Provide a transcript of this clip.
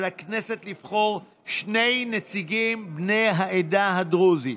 על הכנסת לבחור שני נציגים בני העדה הדרוזית.